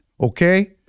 okay